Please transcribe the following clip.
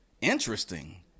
Interesting